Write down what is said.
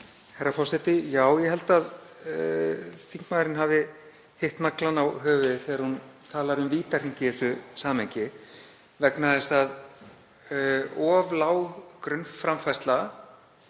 Herra forseti. Ég held að þingmaðurinn hafi hitt naglann á höfuðið þegar hún talaði um vítahring í þessu samhengi vegna þess að of lág grunnframfærsla